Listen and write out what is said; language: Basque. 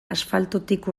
asfaltotik